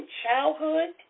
childhood